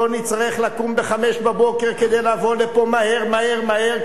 לא נצטרך לקום בחמש בבוקר כדי לבוא לפה מהר מהר מהר,